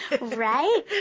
Right